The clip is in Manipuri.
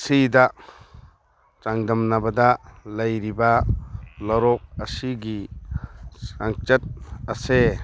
ꯊ꯭ꯔꯤꯗ ꯆꯥꯡꯗꯝꯅꯕꯗ ꯂꯩꯔꯤꯕ ꯂꯧꯔꯣꯛ ꯑꯁꯤꯒꯤ ꯆꯥꯡꯆꯠ ꯑꯁꯦ